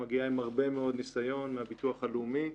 היא מגיעה עם הרבה מאוד ניסיון מהביטוח הלאומי.